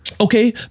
Okay